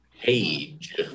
Page